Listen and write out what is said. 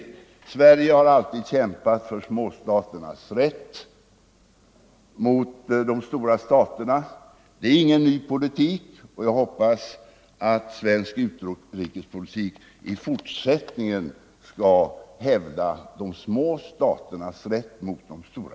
Att Sverige alltid har kämpat för småstaternas rätt mot de stora staterna är ingen ny politik, och jag hoppas att svensk utrikespolitik även i fortsättningen skall hävda de små staternas rätt mot de stora.